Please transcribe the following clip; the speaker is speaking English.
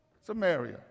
Samaria